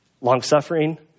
Long-suffering